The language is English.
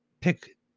pick